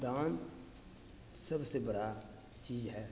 दान सबसँ बड़ा चीज हइ